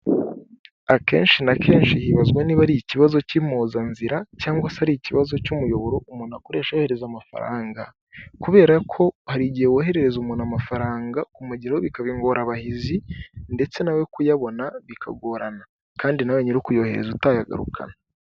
Akenshi na kenshi hibazwa niba ari ikibazo cy'impuzanzira cyangwa se ari ikibazo cy'umuyoboro umuntu akoresha yohereza amafaranga, kubera ko hari igihe woherereza umuntu amafaranga, kumugeraho bikaba ingorabahizi, ndetse nawe kuyabona bikagorana kandi nawe nyir'ukuyohereza utayagarukana.